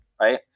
right